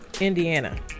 Indiana